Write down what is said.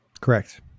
Correct